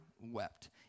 wept